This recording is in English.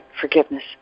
Forgiveness